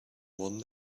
one